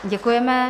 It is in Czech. Děkujeme.